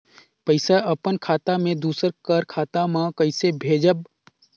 पइसा अपन खाता से दूसर कर खाता म कइसे भेजब?